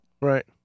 Right